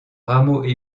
rameaux